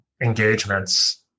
engagements